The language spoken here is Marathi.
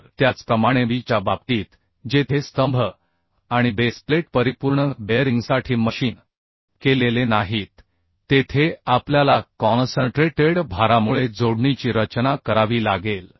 तर त्याचप्रमाणेB च्या बाबतीत जेथे स्तंभ आणि बेस प्लेट परिपूर्ण बेअरिंगसाठी मशीन केलेले नाहीत तेथे आपल्याला कॉनसनट्रेटेड भारामुळे जोडणीची रचना करावी लागेल